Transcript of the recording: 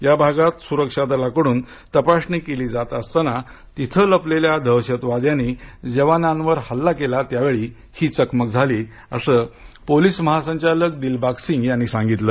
या भागात सुरक्षा दलाकडून तपासणी केली जात असताना तेथे लपलेल्या दहशतवाद्यांनी जवानावर हल्ला केला त्यावेळी ही चकमक झाली असं पोलीस महासंचालक दिलबाग सिंग यांनी सांगितलं